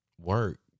work